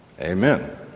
Amen